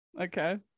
Okay